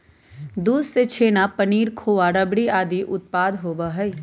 दूध से छेना, पनीर, खोआ, रबड़ी आदि उत्पाद तैयार होबा हई